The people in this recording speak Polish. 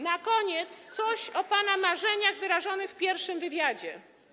Na koniec coś o pana marzeniach wyrażonych w pierwszym wywiadzie.